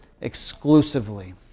exclusively